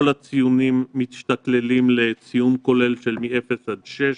כל הציונים משתקללים לציון כולל מאפס עד 6,